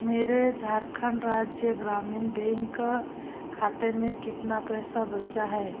मेरे झारखंड राज्य ग्रामीण बैंक खाते में कितना पैसा बचा है